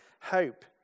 hope